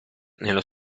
nello